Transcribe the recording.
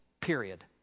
Period